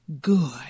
good